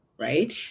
right